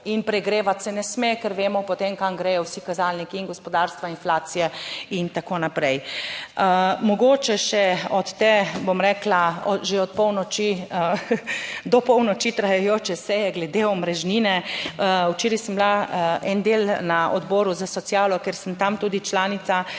in pregrevati se ne sme, ker vemo potem kam gredo vsi kazalniki in gospodarstva, inflacije in tako naprej. Mogoče še od te, bom rekla, že od polnoči, do polnoči trajajoče seje glede omrežnine. Včeraj sem bila en del na Odboru za socialo, ker sem tam tudi članica,